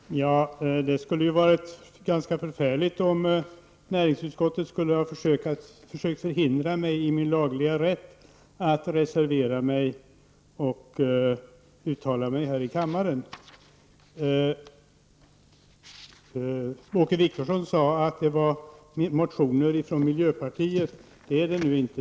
Herr talman! Det skulle ha varit ganska förfärligt, om näringsutskottet hade försökt hindra mig i min lagliga rätt att reservera mig och uttala mig här i kammaren. Åke Wictorsson sade att det var motioner från miljöpartiet. Det är det nu inte.